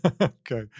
Okay